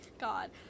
God